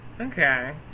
Okay